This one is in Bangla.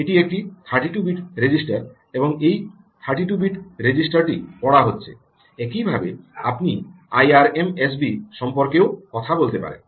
এটি একটি 32 বিট রেজিস্টার এবং এই 32 বিট রেজিস্টারটি পড়া হচ্ছে একইভাবে আপনি আইআরএমএসবি সম্পর্কেও কথা বলতে পারেন